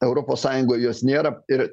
europos sąjungoj jos nėra ir